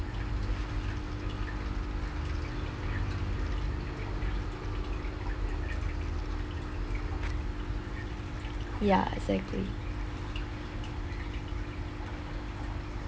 ya exactly